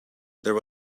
there